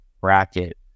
bracket